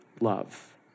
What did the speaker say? love